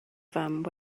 fam